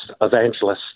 evangelists